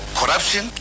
corruption